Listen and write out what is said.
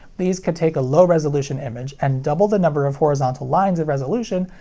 these could take a low resolution image, and double the number of horizontal lines of resolution,